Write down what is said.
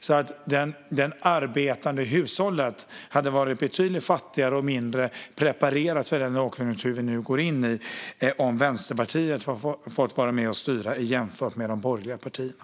Det arbetande hushållet hade varit betydligt fattigare och mindre preparerat för den lågkonjunktur vi nu går in i om Vänsterpartiet hade fått vara med och styra jämfört med de borgerliga partierna.